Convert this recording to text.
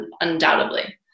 undoubtedly